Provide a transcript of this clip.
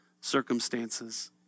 circumstances